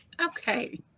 Okay